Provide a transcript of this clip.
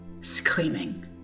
screaming